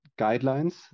guidelines